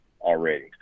already